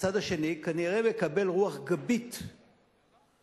הצד השני כנראה מקבל רוח גבית מהאופוזיציה,